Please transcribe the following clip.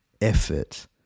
effort